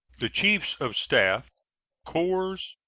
the chiefs of staff corps,